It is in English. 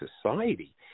Society